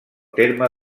terme